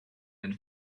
and